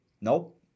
Nope